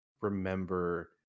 remember